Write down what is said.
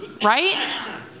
right